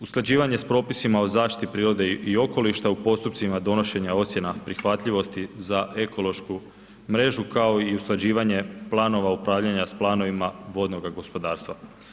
Usklađivanje s propisima o zaštiti prirode i okoliša u postupcima donošenja ocjena prihvatljivosti za ekološku mrežu kao i usklađivanje planova upravljanja s planovima vodnoga gospodarstva.